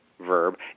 verb